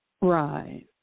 Right